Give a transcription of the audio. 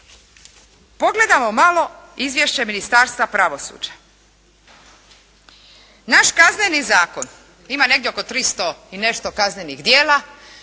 Pogledajmo malo izvješće Ministarstva pravosuđa. Naš Kazneni zakon ima negdje oko 300 i nešto kaznenih djela